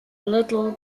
little